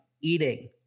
eating